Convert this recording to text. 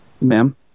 Ma'am